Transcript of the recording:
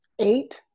eight